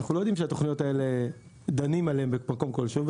אנחנו לא יודעים שדנים על התוכניות האלה במקום כלשהו,